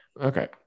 Okay